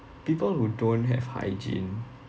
people who don't have hygiene